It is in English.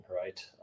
right